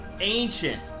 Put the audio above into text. ancient